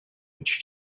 which